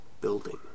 building